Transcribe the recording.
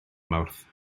mawrth